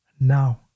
now